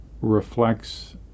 reflects